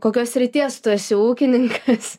kokios srities tu esi ūkininkas